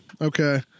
Okay